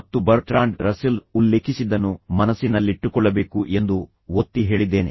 ಮತ್ತು Bertrand Russell ಉಲ್ಲೇಖಿಸಿದ್ದನ್ನು ನೀವು ನಿಮ್ಮ ಮನಸ್ಸಿನಲ್ಲಿಟ್ಟುಕೊಳ್ಳಬೇಕು ಎಂದು ನಾನು ಒತ್ತಿ ಹೇಳಿದ್ದೇನೆ